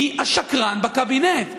מי השקרן בקבינט?